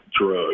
drugs